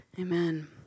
Amen